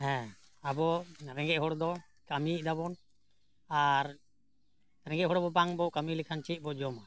ᱦᱮᱸ ᱟᱵᱚ ᱨᱮᱸᱜᱮᱡ ᱦᱚᱲ ᱫᱚ ᱠᱟᱹᱢᱤᱭᱮᱫᱟᱵᱚᱱ ᱟᱨ ᱨᱮᱸᱜᱮᱡ ᱦᱚᱲ ᱵᱟᱝᱵᱚᱱ ᱠᱟᱹᱢᱤ ᱞᱮᱠᱷᱟᱱ ᱪᱮᱫ ᱵᱚᱱ ᱡᱚᱢᱟ